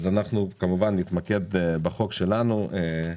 אנחנו נתמקד בחוק שלנו.